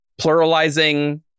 pluralizing